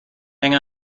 hang